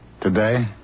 Today